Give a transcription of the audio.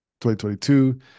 2022